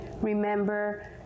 remember